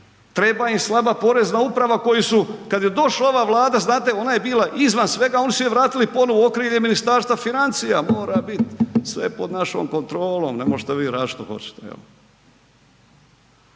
treba im slaba Porezna uprava koju su kad je došla ova Vlada, znate ona je bila izvan svega, oni su je vratili ponovno u okrilje Ministarstva financija, mora bit sve pod našom kontrolom, ne možete vi radit šta hoćete.